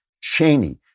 Cheney